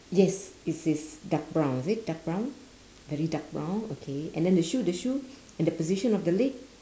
yes it's it's dark brown is it dark brown very dark brown okay and then the shoe the shoe and the position of the leg